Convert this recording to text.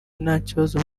ntabikora